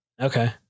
Okay